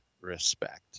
respect